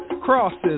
crosses